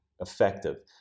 effective